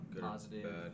positive